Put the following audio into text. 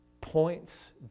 points